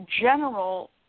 general